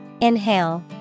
Inhale